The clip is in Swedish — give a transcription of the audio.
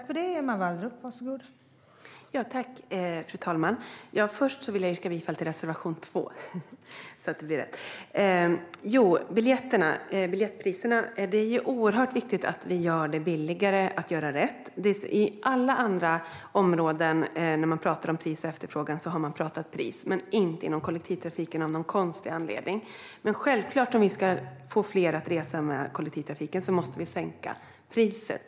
Fru talman! Först vill jag yrka bifall till reservation 2, så att det blir rätt. När det gäller biljettpriserna är det viktigt att vi gör det billigare att göra rätt. På alla andra områden när man pratar pris och efterfrågan pratar man pris men inte inom kollektivtrafiken av någon konstig anledning. Ska vi få fler att resa med kollektivtrafik måste vi självklart sänka priset.